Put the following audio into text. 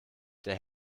der